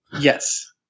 Yes